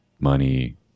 money